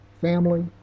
family